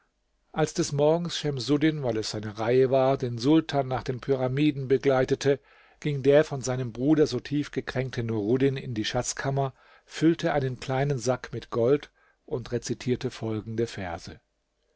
als des morgens schemsuddin weil es seine reihe war den sultan nach den pyramiden begleitete ging der von seinem bruder so tief gekränkte nuruddin in die schatzkammer füllte einen kleinen sack mit gold und rezitierte folgende verse